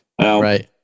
Right